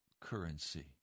currency